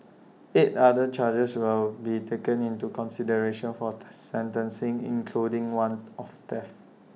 eight other charges will be taken into consideration for the sentencing including one of theft